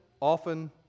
often